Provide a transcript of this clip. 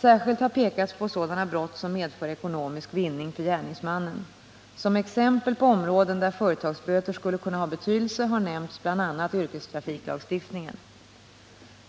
Särskilt har pekats på sådana brott som medför ekonomisk vinning för gärningsmannen. Som exempel på områden där företagsböter skulle kunna ha betydelse har nämnts bl.a. yrkestrafiklagstiftningen.